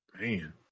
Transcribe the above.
man